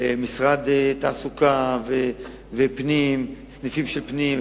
ברמלה סניפים של משרדי הפנים,